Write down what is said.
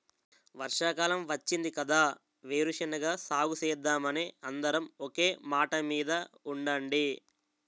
వర్షాకాలం వచ్చింది కదా వేరుశెనగ సాగుసేద్దామని అందరం ఒకే మాటమీద ఉండండి